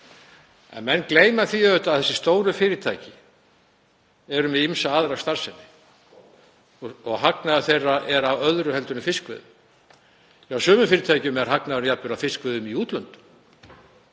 En menn gleyma því auðvitað að þessi stóru fyrirtæki eru með ýmsa aðra starfsemi. Hagnaður þeirra er af öðru en fiskveiðum. Hjá sumum fyrirtækjum er hagnaður jafnvel af fiskveiðum í útlöndum,